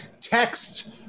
text